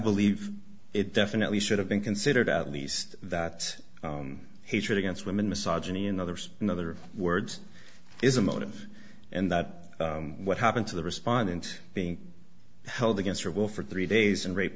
believe it definitely should have been considered at least that hatred against women massage any in others in other words is a motive and that what happened to the respondent being held against her will for three days and rape